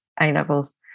A-levels